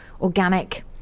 organic